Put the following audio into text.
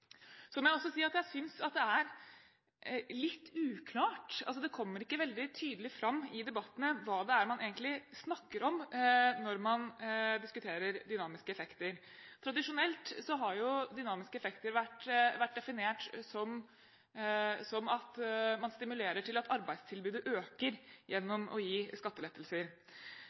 Så må jeg også si at jeg synes at det er litt uklart – det kommer ikke veldig tydelig fram i debattene – hva man egentlig snakker om når man diskuterer dynamiske effekter. Tradisjonelt har jo dynamiske effekter vært definert som at man stimulerer til at arbeidstilbudet øker gjennom å gi skattelettelser.